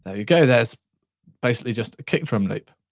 ah you go there's basically just a kick drum loop.